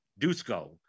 dusko